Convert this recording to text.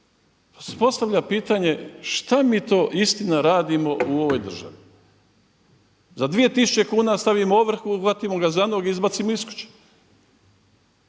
postavlja pitanje šta mi to istina radimo u ovoj državi? Za 2000 kuna stavimo ovrhu, uhvatimo ga za noge, izbacimo iz kuće,